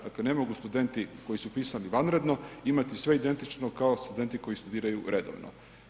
Dakle, ne mogu studenti koji su upisani vanredno imati sve identično kao studenti koji studiraju redovno.